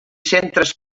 centres